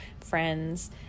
friends